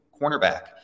cornerback